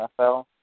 NFL